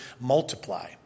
multiply